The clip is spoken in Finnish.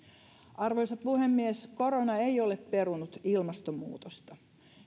arvoisa puhemies korona ei ole perunut ilmastonmuutosta